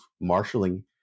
marshaling